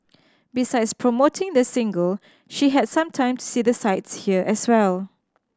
besides promoting the single she had some time to see the sights here as well